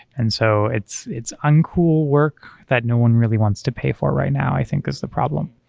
and so it's it's uncool work that no one really wants to pay for right now i think is the problem.